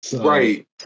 Right